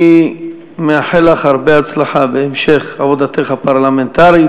אני מאחל לך הרבה הצלחה בהמשך עבודתך הפרלמנטרית.